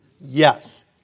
Yes